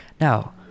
Now